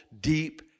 deep